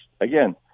again